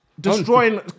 Destroying